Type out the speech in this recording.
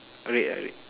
red ah red